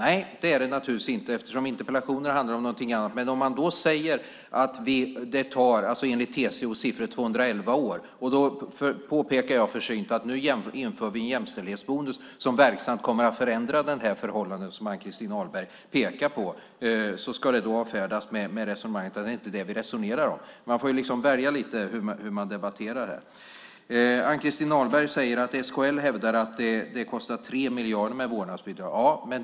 Nej, det är det naturligtvis inte, eftersom interpellationerna handlar om något helt annat. Men om Ann-Christin Ahlberg säger att det tar 211 år att uppnå jämställdhet, enligt TCO:s siffror, och jag försynt påpekar att vi nu inför en jämställdhetsbonus som verksamt kommer att förändra det förhållandet, så kan mitt resonemang inte avfärdas bara med att det inte är detta vi pratar om. Man får välja hur man debatterar här. Ann-Christin Ahlberg säger att SKL hävdar att det kostar 3 miljarder med vårdnadsbidraget.